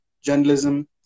journalism